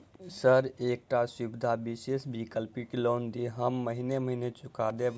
Sir एकटा सुविधा विशेष वैकल्पिक लोन दिऽ हम महीने महीने चुका देब?